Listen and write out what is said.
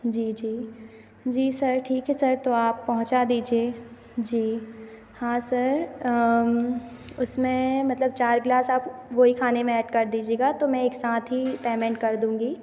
जी जी जी सर ठीक है सर तो आप पहुँचा दीजिए जी हाँ सर उसमें मतलब चार ग्लास आप वो ही खाने में ऐड कर दीजिएगा तो मैं एक साथ ही पेमेंट कर दूँगी